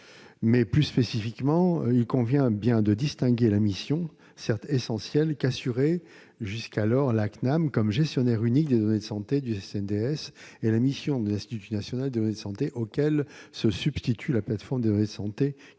CPAM. Plus spécifiquement, il convient de bien distinguer la mission, certes essentielle, qu'assurait jusqu'alors la CNAM comme gestionnaire unique des données de santé du SNDS et la mission de l'Institut national des données de santé, auquel se substitue la PDS, qui a pour tâche de se prononcer